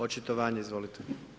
Očitovanje, izvolite.